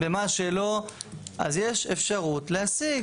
במה שלא, אז יש אפשרות להשיג.